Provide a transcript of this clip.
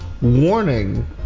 warning